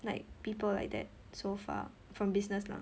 like people like that so far from business lah